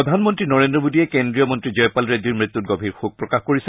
প্ৰধানমন্ত্ৰী নৰেন্দ্ৰ মোদীয়ে কেন্দ্ৰীয় মন্ত্ৰী জয়পাল ৰেড্ডীৰ মৃত্যুৰ গভীৰ শোকপ্ৰকাশ কৰিছে